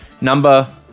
Number